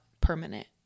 permanent